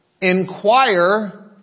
inquire